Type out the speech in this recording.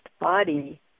body